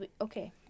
Okay